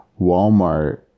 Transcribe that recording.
Walmart